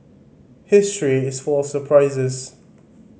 history is full of surprises